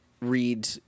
read